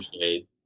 shade